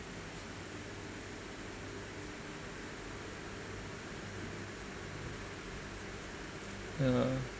yeah